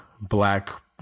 black